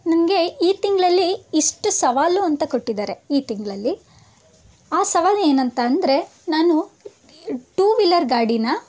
ನನಗೆ ಈ ತಿಂಗಳಲ್ಲಿ ಇಷ್ಟು ಸವಾಲು ಅಂತ ಕೊಟ್ಟಿದ್ದಾರೆ ಈ ತಿಂಗಳಲ್ಲಿ ಆ ಸವಾಲು ಏನಂತ ಅಂದರೆ ನಾನು ಟೂ ವೀಲರ್ ಗಾಡೀನ